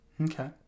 Okay